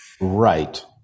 Right